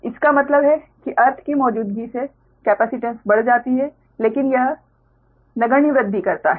इसका मतलब है कि अर्थ की मौजूदगी से कैपेसिटेन्स बढ़ जाती है लेकिन यह नगण्य वृद्धि करता है